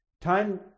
Time